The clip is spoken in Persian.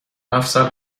مفصل